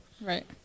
Right